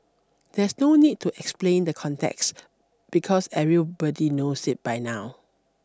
there's no need to explain the context because everybody knows it by now